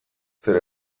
zer